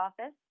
office